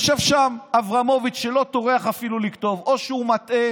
ויושב שם אברמוביץ' שלא טורח אפילו לבדוק או שהוא מטעה